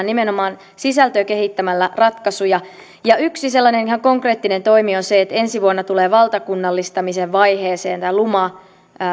nimenomaan sisältöjä kehittämällä ratkaisuja yksi sellainen ihan konkreettinen toimi on se että ensi vuonna tulee valtakunnallistamisen vaiheeseen tämä luma